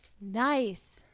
Nice